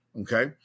okay